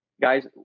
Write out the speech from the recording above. guys